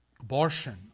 Abortion